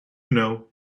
know